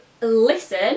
listen